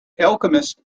alchemist